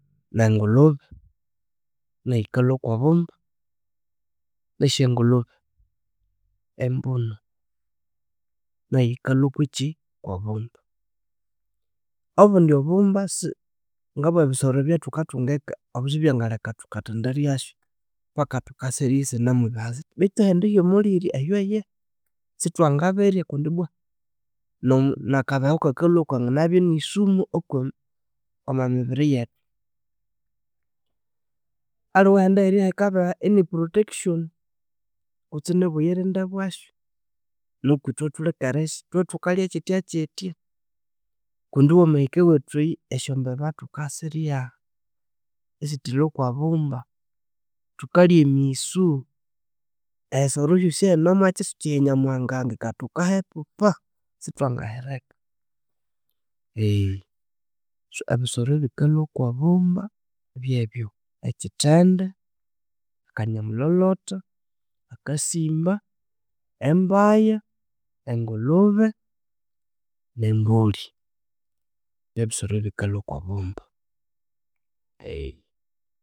﻿Nengulhube nayu yikalhwa kobumba wunasi engulhube embunu, nayo yikalhwakyi kwobumba. Obundi obumba ngabuwabisoro ebyathukathunga eka obosibwangaleka thukathendiryasu paka thukasirya isinimubeha sithya. Betu ehindi hyomulhihirya ehyo ayihi sithwangabirya kundibwa nakabeho akakalhwako kanganabya inisumu oko- omwamibiri yethu aliwe ehindihirya hikabeha iniprotection kutsi inibuyirinde bwasyu nuku ithwe thulekerisi ithwethukalya kyithyakyithya. Kundi wamahika ewethu eyi esyombeba thukasirya esithwilhwa kobumba thukalya emisu, ehisoro ehine omwa kyisuki ehyanyamuhanga ahangika thukahipupa sithwangahireka. So ebisoro ebikalhwa kwobumba byebyu, ekyithende, akanyamulolote, akasimba, embaya, engulhube, ne mbulhi byebisoro ebikalhwa kobumba